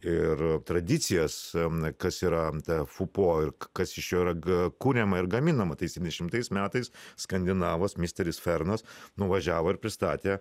ir tradicijas n kas yra ta fupo ir k kas iš jo yra ga kuriama ir gaminama tai septyniasdešimtais metais skandinavas misteris fernas nuvažiavo ir pristatė